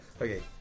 okay